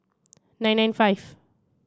nine nine five